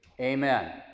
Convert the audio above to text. Amen